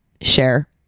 share